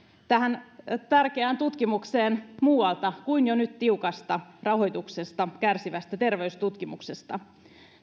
tärkeään tutkimukseen muualta kuin jo nyt tiukasta rahoituksesta kärsivästä terveystutkimuksesta